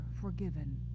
forgiven